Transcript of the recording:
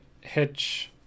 Hitch